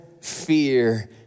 fear